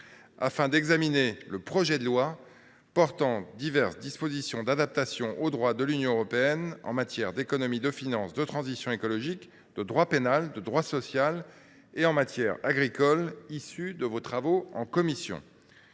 pour examiner le projet de loi portant diverses dispositions d’adaptation au droit de l’Union européenne (Ddadue) en matière d’économie, de finance, de transition écologique, de droit pénal, de droit social et en matière agricole, dans le texte issu de vos travaux en commission.